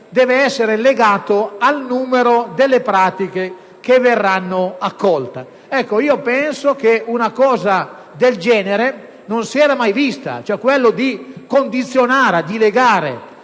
deve essere legato al numero delle pratiche che verranno accolte. Penso che una cosa del genere non si sia mai vista, vale a dire condizionare, legare